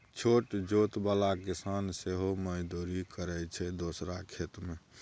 छोट जोत बला किसान सेहो मजदुरी करय छै दोसरा खेत मे